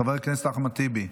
חבר הכנסת אחמד טיבי,